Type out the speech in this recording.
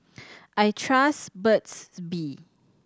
I trust Burt's Bee